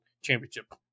championship